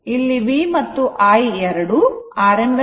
ಇಲ್ಲಿ V ಮತ್ತು I ಎರಡು rms ಮೌಲ್ಯ ವಾಗಿರುತ್ತವೆ